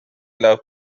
love